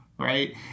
Right